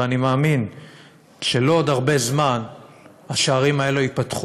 ואני מאמין שלא בעוד הרבה זמן השערים האלה ייפתחו